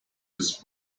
his